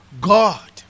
God